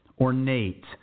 ornate